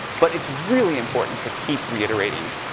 but it's really important to keep reiterating